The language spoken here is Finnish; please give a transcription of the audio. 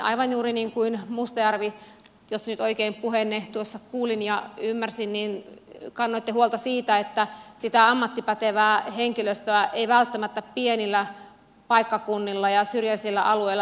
aivan juuri niin kuin mustajärvi jos nyt oikein puheenne kuulin ja ymmärsin niin kannoitte huolta siitä että ammattipätevää henkilöstöä ei välttämättä pienillä paikkakunnilla ja syrjäisillä alueilla löydy